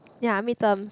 ya midterms